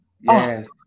yes